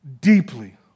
deeply